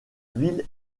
ville